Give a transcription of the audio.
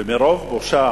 ומרוב בושה